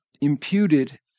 imputed